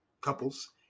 couples